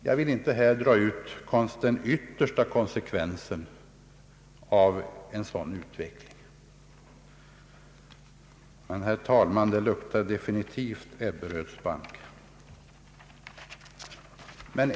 Jag vill inte här dra ut den yttersta konsekvensen av en sådan utveckling, men, herr talman, det luktar definitivt Ebberöds bank.